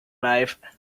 life